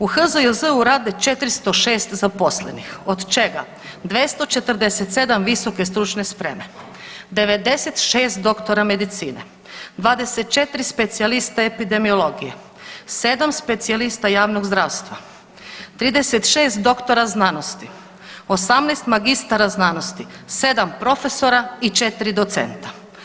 U HZJZ-u rade 406 zaposlenih od čega 247 VSS, 96 doktora medicine, 24 specijalista epidemiologije, 7 specijalista javnog zdravstva, 36 doktora znanosti, 18 magistara znanosti, 7 profesora i 4 docenta.